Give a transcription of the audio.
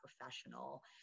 professional